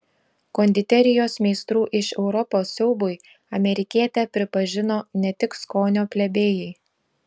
konditerijos meistrų iš europos siaubui amerikietę pripažino ne tik skonio plebėjai